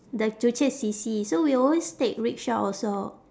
the joo chiat C_C so we always take rickshaw also